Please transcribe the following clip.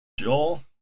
Joel